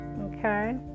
Okay